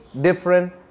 different